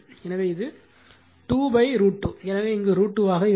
எனவே இது 2 √ 2 எனவே√ 2 ஆக இருக்கும்